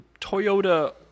Toyota